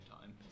time